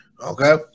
Okay